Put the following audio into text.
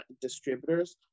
distributors